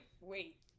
wait